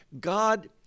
God